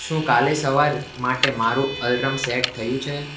શું કાલે સવાર માટે મારું અલાર્મ સેટ થયું છે